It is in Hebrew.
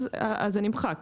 זה נמחק.